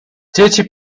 dzieci